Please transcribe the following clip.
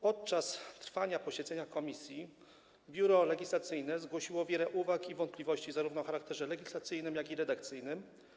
Podczas posiedzenia komisji Biuro Legislacyjne zgłosiło wiele uwag i wątpliwości, zarówno o charakterze legislacyjnym, jak i redakcyjnym.